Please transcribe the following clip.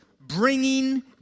bringing